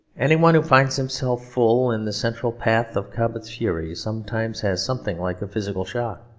anyone who finds himself full in the central path of cobbett's fury sometimes has something like a physical shock.